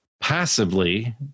passively